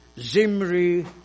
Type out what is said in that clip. Zimri